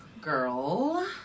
girl